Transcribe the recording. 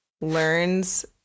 learns